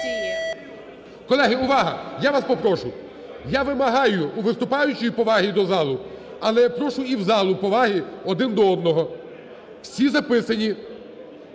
Колеги, увага! Я вас попрошу. Я вимагаю у виступаючої поваги до залу, але прошу і в залу поваги один до одного. Всі записані,